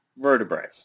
vertebrae